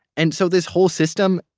and so this whole system,